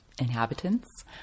Inhabitants